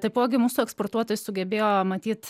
taipogi mūsų eksportuotojai sugebėjo matyt